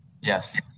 Yes